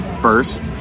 first